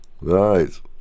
Right